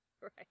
Right